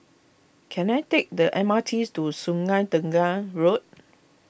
can I take the MRT's to Sungei Tengah Road